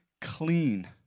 clean